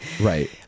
right